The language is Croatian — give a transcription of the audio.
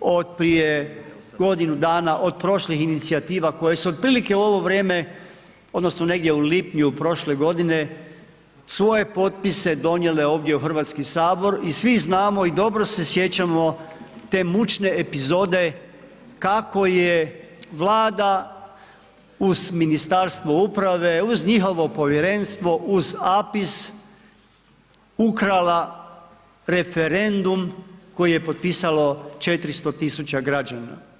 od prije godinu dana od prošlih inicijativa koje su otprilike u ovo vrijeme odnosno negdje u lipnju prošle godine svoje potpise donijele ovdje u Hrvatski sabor i svi znamo i dobro se sjećamo te mučne epizode kako je Vlada uz Ministarstvo uprave, uz njihovo povjerenstvo, uz APIS ukrala referendum koji je potpisalo 400.000 građana.